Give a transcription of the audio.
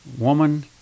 woman